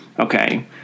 Okay